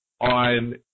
on